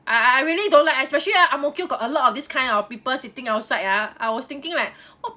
I I really don't like especially at ang mo kio got a lot of this kind of people sitting outside ah I was thinking right